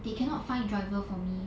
they cannot find driver for me